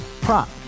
Prop